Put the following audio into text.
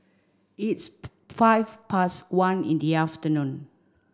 its five past one in the afternoon